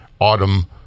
Autumn